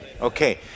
Okay